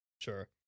Sure